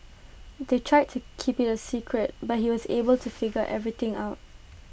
they tried to keep IT A secret but he was able to figure everything out